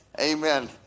amen